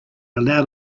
allowed